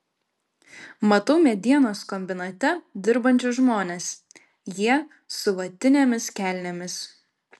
matau medienos kombinate dirbančius žmones jie su vatinėmis kelnėmis